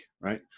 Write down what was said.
right